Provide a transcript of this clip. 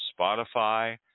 Spotify